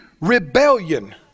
rebellion